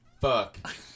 fuck